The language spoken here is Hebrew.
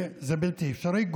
וזה בלתי אפשרי,